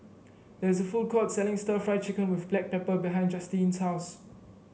there is a food court selling stir Fry Chicken with Black Pepper behind Justine's house